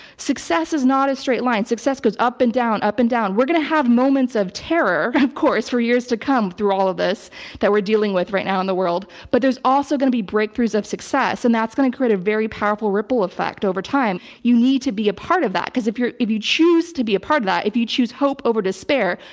success is not a straight line. success goes up and down, up and down. we're going to have moments of terror, of course, for years to come through all of this that we're dealing with right now in the world. but there's also going to be breakthroughs of success, and that's going to create a very powerful ripple effect over time. you need to be a part of that because if you choose to be a part of that, if you choose hope over despair,